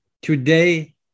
Today